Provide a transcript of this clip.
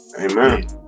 Amen